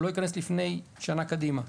הוא לא ייכנס לפני שנה קדימה.